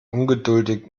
ungeduldig